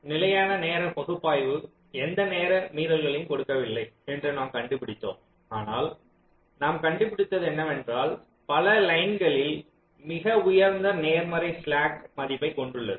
நிலையான நேர பகுப்பாய்வு எந்த நேர மீறல்களையும் கொடுக்கவில்லை என்று நாம் கண்டுபிடித்தோம் ஆனால் நாம் கண்டுபிடித்தது என்னவென்றால் பல லைன்களில் மிக உயர்ந்த நேர்மறை ஸ்லாக் மதிப்பைக் கொண்டுள்ளது